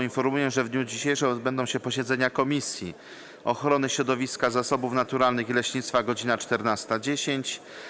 Informuję, że w dniu dzisiejszym odbędą się posiedzenia następujących komisji: - Ochrony Środowiska, Zasobów Naturalnych i Leśnictwa - godz. 14.10,